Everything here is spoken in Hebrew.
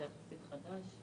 זה חדש יחסית.